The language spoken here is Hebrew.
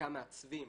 חלקם מעצבים,